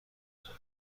سلطان